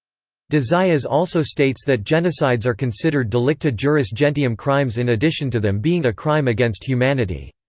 de zayas also states that genocides are considered delicta juris gentium crimes in addition to them being a crime against humanity.